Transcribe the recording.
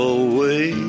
away